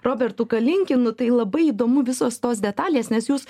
robertu kalinkinu tai labai įdomu visos tos detalės nes jūs